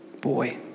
Boy